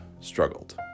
struggled